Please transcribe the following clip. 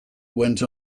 went